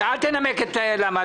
אל תנמק למה.